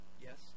Yes